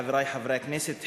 חברי חברי הכנסת,